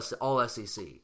All-SEC